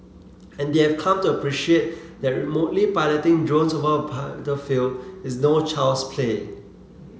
and they have come to appreciate that remotely piloting drones over a battlefield is no child's play